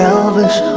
Elvis